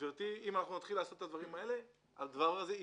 אם נתחיל לעשות את זה, זה ייפסק.